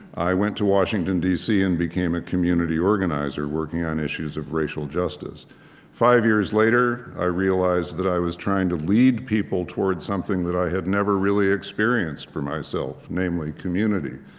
i went to washington, d c. and became a community organizer working on issues of racial justice five years later, i realized that i was trying to lead people towards something that i had never really experienced for myself, namely community.